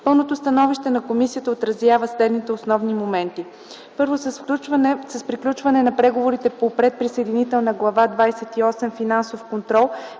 Пълното становище на комисията отразява следните основни моменти. С приключването на преговорите по предприсъединителна Глава 28 „Финансов контрол”